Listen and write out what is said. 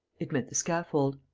it meant the scaffold.